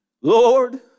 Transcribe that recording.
Lord